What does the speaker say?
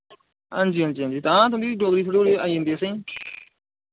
हांजी हांजी हांजी तां तुं'दी डोगरी थोह्ड़ी मती आई जन्दी असें